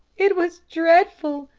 it was dreadful,